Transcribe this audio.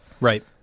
Right